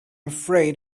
afraid